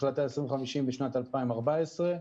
החלטה 2050 בשנת 2014,